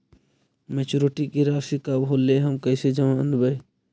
Maturity के रासि कब होलै हम कैसे जानबै?